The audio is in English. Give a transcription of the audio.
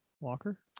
Walker